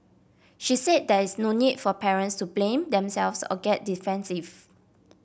she said there is no need for parents to blame themselves or get defensive